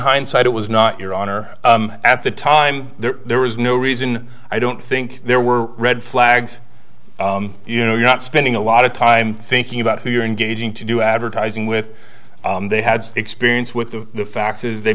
hindsight it was not your honor at the time there was no reason i don't think there were red flags you know you're not spending a lot of time thinking about who you're engaging to do advertising with they had experience with the faxes they